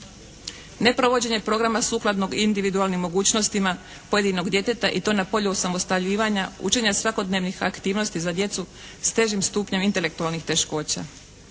Neprovođenje programa sukladnog individualnim mogućnostima pojedinog djeteta i to na polju osamostaljivanja, učenja svakodnevnih aktivnosti za djecu sa težim stupnjem intelektualnih teškoća.